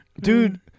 Dude